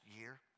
year